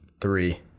three